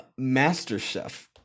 MasterChef